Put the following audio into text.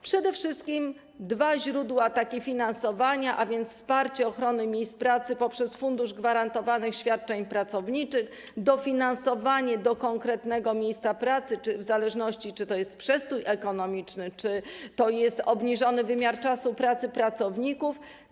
Przede wszystkim są dwa takie źródła finansowania, a więc wsparcie ochrony miejsc pracy poprzez fundusz gwarantowanych świadczeń pracowniczych, dofinansowanie do konkretnego miejsca pracy, w zależności, czy to jest przestój ekonomiczny, czy to jest obniżony wymiar czasu pracy pracowników.